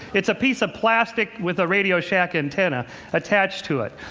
it's a piece of plastic with a radio shack antenna attached to it.